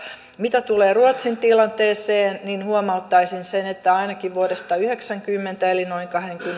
mitä tulee ruotsin tilanteeseen niin huomauttaisin että ainakin vuodesta yhdeksänkymmentä eli noin